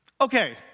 Okay